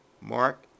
Mark